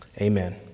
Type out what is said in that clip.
amen